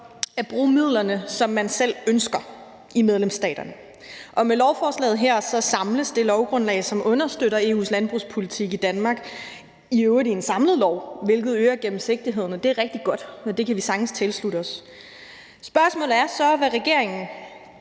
at bruge midlerne, som man selv ønsker i medlemsstaterne. Og med lovforslaget her samles det lovgrundlag, som understøtter EU's landbrugspolitik i Danmark, i øvrigt i en samlet lov, hvilket øger gennemsigtigheden, og det er rigtig godt, og det kan vi sagtens tilslutte os. Spørgsmålet er så, hvad regeringen